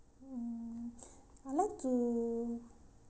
mm I like to